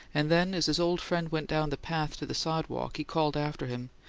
and then, as his old friend went down the path to the sidewalk, he called after him,